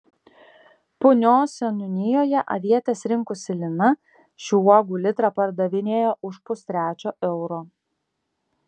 punios seniūnijoje avietes rinkusi lina šių uogų litrą pardavinėjo už pustrečio euro